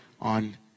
on